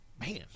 Man